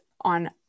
on